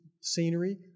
scenery